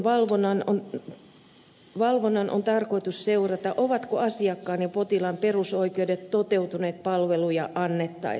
terveyden ja sosiaalihuollon valvonnan on tarkoitus seurata ovatko asiakkaan ja potilaan perusoikeudet toteutuneet palveluja annettaessa